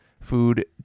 food